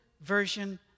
version